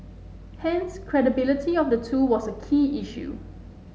hence credibility of the two was a key issue